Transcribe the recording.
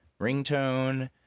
ringtone